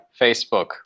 Facebook